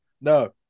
No